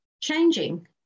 changing